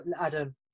Adam